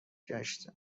گشته